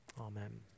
amen